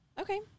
Okay